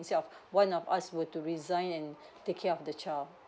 instead of one of us were to resign and take care of the child